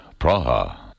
Praha